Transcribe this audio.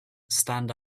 stand